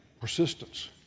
persistence